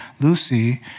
Lucy